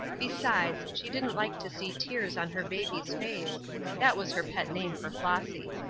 besides, she didn't like to see tears on her baby's face that was her pet name for flossy.